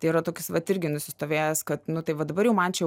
tai yra toks vat irgi nusistovėjęs kad nu tai va dabar jau man čia